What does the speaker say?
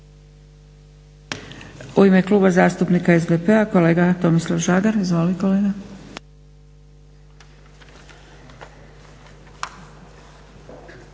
U ime Kluba zastupnika SDP-a, kolega Tomislav Žagar. Izvolite kolega.